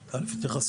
אז המשטרה יתייחסו,